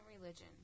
religion